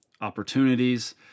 opportunities